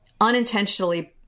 unintentionally